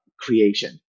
creation